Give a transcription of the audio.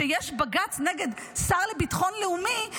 שיש בג"ץ נגד השר לביטחון לאומי,